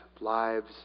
lives